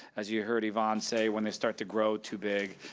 as you heard evonne say, when they start to grow too big,